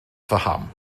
paham